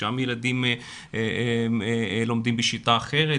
שם ילדים לומדים בשיטה אחרת,